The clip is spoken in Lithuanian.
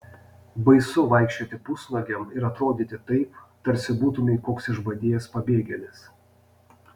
baisu vaikščioti pusnuogiam ir atrodyti taip tarsi būtumei koks išbadėjęs pabėgėlis